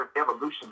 evolution